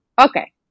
okay